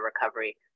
recovery